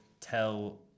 tell